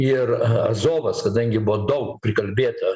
ir azovas kadangi buvo daug prikalbėta